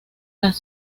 las